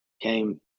came